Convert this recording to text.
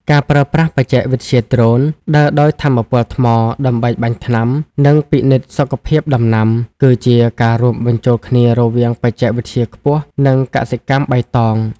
ការប្រើប្រាស់បច្ចេកវិទ្យាដ្រូន ដើរដោយថាមពលថ្មដើម្បីបាញ់ថ្នាំ និងពិនិត្យសុខភាពដំណាំ គឺជាការរួមបញ្ចូលគ្នារវាងបច្ចេកវិទ្យាខ្ពស់ និងកសិកម្មបៃតង។